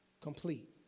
complete